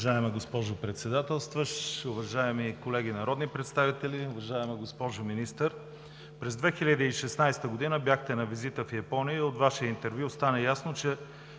Уважаема госпожо Председател, уважаеми колеги народни представители, уважаема госпожо Министър! През 2016 г. бяхте на визита в Япония и от Ваше интервю стана ясно, че